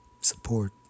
support